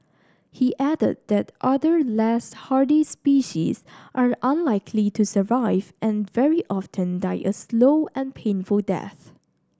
he added that other less hardy species are unlikely to survive and very often die a slow and painful death